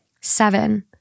Seven